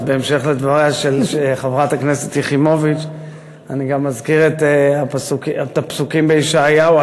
אז בהמשך לדבריה של חברת הכנסת יחימוביץ אני גם אזכיר את הפסוקים מישעיהו: